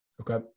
Okay